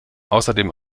außerdem